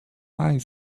eye